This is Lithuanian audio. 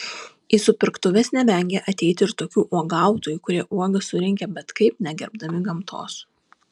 į supirktuves nevengia ateiti ir tokių uogautojų kurie uogas surinkę bet kaip negerbdami gamtos